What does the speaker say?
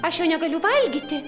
aš jo negaliu valgyti